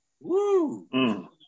Woo